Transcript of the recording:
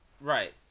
Right